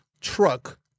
truck